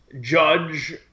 judge